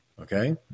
Okay